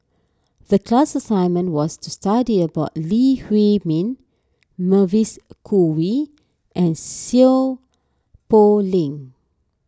the class assignment was to study about Lee Huei Min Mavis Khoo Oei and Seow Poh Leng